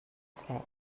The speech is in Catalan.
fred